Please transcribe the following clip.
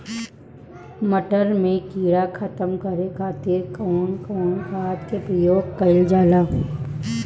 मटर में कीड़ा खत्म करे खातीर कउन कउन खाद के प्रयोग कईल जाला?